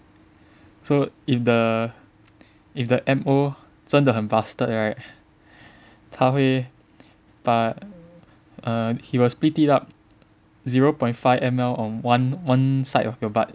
so if the if the M_O 真的很 bastard right 他会把 err he will split it up zero point five M_L on one side of your butt